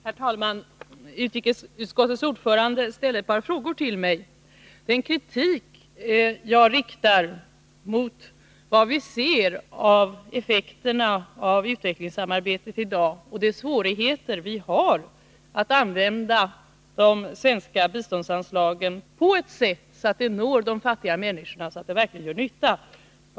Herr talman! Utrikesutskottets ordförande ställde ett par frågor till mig. Min kritik gällde effekterna av utvecklingssamarbetet i dag och de svårigheter vi har att använda de svenska biståndsanslagen, så att de når de fattiga människorna verkligen kommer till nytta.